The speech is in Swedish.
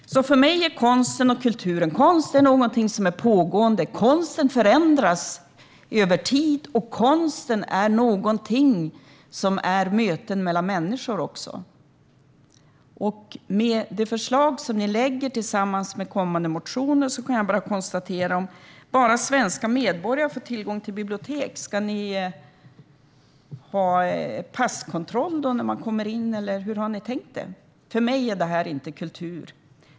För mig är konst något som är pågående. Konsten förändras över tid och är också möten mellan människor. Med de förslag som ni lägger fram tillsammans med kommande motioner kommer bara svenska medborgare att få tillgång till bibliotek. Ska det då vara passkontroll när man går in, eller hur har ni tänkt er det? För mig är detta inte kultur.